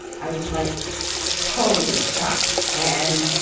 i was like totally shocked. and